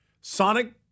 Sonic